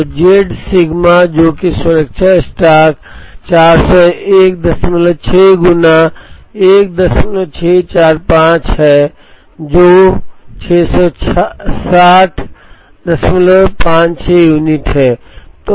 तो z sigma जो कि सुरक्षा स्टॉक 4016 गुणा 1645 है जो 66056 यूनिट है